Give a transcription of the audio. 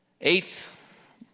Eighth